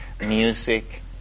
music